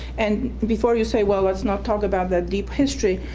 and before you say well let's not talk about that deep history,